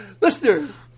Listeners